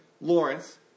Lawrence